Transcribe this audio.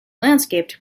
landscaped